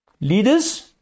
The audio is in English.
Leaders